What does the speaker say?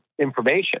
information